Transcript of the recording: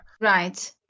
Right